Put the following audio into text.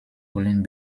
wollen